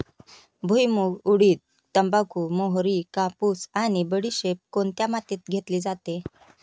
भुईमूग, उडीद, तंबाखू, मोहरी, कापूस आणि बडीशेप कोणत्या मातीत घेतली जाते?